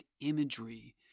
imagery